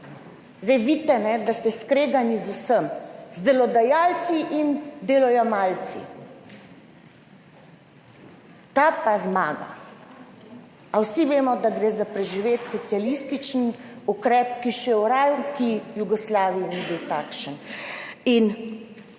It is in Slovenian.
zdaj vidite, da ste skregani z vsemi, z delodajalci in delojemalci. Ta pa zmaga. Vsi vemo, da gre za preživet socialističen ukrep, ki še v rajnki Jugoslaviji ni bil takšen. In